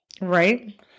Right